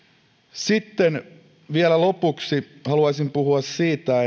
sitten vielä lopuksi haluaisin puhua siitä